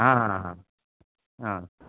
आ हा हा हा आ